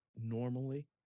normally